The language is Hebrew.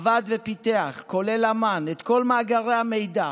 עבד ופיתח, כולל אמ"ן, את כל מאגרי המידע.